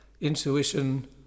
intuition